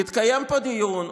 התקיים דיון,